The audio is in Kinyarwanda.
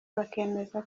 bakemeza